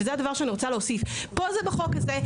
וזה הדבר שאני רוצה להוסיף פה זה בחוק הזה.